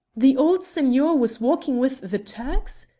the old signor was walking with the turks?